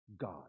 God